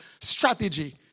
strategy